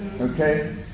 okay